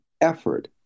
effort